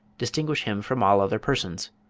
distinguish him from all other persons.